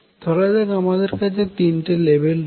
ধরাযাক আমাদের কাছে তিনটি লেভেল n রয়েছে